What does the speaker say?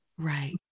Right